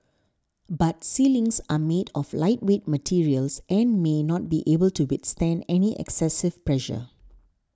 but ceilings are made of lightweight materials and may not be able to withstand any excessive pressure